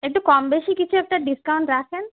একটু কম বেশি কিছু একটা ডিসকাউন্ট রাখেন